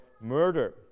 murder